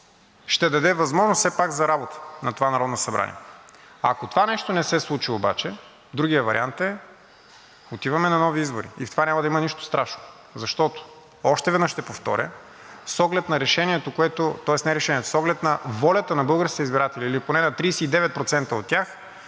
ще даде възможност все пак за работа на това Народно събрание. Ако това нещо не се случи обаче, другият вариант е: отиваме на нови избори и в това няма да има нищо страшно, защото, още веднъж ще повторя, с оглед на волята на българските избиратели, или поне на 39% от тях,